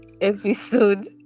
episode